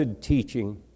teaching